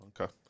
okay